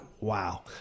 wow